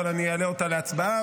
אבל אני אעלה אותה להצבעה,